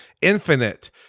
Infinite